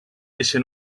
eixe